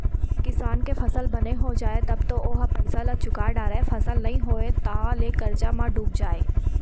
किसान के फसल बने हो जाए तब तो ओ ह पइसा ल चूका डारय, फसल नइ होइस तहाँ ले करजा म डूब जाए